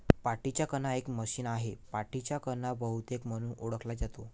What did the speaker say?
पाठीचा कणा एक मशीन आहे, पाठीचा कणा बहुतेक म्हणून ओळखला जातो